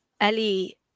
Ellie